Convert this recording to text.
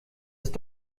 ist